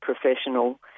professional